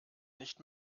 nicht